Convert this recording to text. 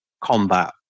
combat